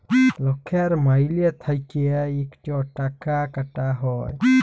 লকের মাইলে থ্যাইকে ইকট টাকা কাটা হ্যয়